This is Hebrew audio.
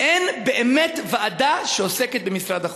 אין באמת ועדה שעוסקת במשרד החוץ.